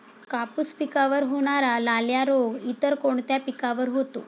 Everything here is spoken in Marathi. कापूस पिकावर होणारा लाल्या रोग इतर कोणत्या पिकावर होतो?